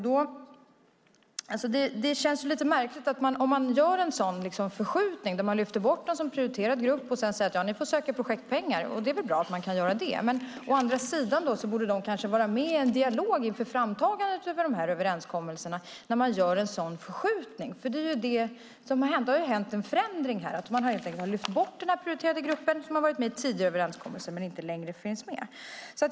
Det känns lite märkligt om man gör en sådan förskjutning, lyfter bort dem som prioriterad grupp och sedan säger: Ni får söka projektpengar. Det är väl å ena sidan bra att de kan göra det. Å andra sidan borde de kanske, när man gör en sådan förskjutning, vara med i en dialog inför framtagandet av de här överenskommelserna. Det har gjorts en förändring här, att man helt enkelt har lyft bort den prioriterade gruppen, som har varit med i tio överenskommelser men inte längre finns med.